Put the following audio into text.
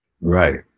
Right